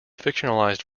fictionalized